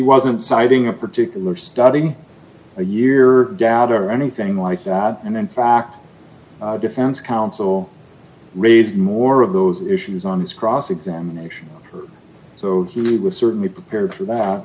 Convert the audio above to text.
wasn't citing a particular study a year dad or anything like that and in fact defense counsel raised more of those issues on his cross examination so it was certainly prepared for that